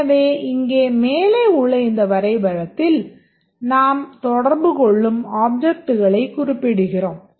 எனவே இங்கே மேலே உள்ள இந்த வரைபடத்தில் நாம் தொடர்பு கொள்ளும் ஆப்ஜெக்ட்களைக் குறிப்பிடுகிறோம்